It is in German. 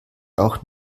auch